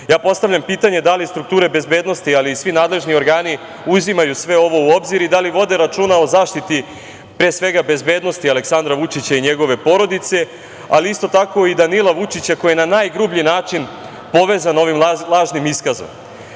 postavljam pitanje – da li strukture bezbednosti, ali i svi nadležni organi uzimaju sve ovo u obzir i da li vode računa o zaštiti pre svega bezbednosti Aleksandra Vučića i njegove porodice, ali isto tako i Danila Vučića koji je na najgrublji način povezan ovim lažnim